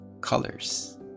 colors